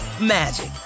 magic